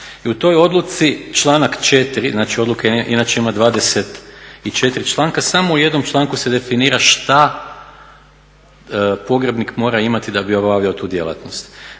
I u toj odluci članak 4. znači odluka inače ima 24 članka samo u jednom članku se definira šta pogrebnik mora imati da bi obavljao tu djelatnost.